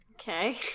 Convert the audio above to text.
okay